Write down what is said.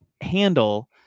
handle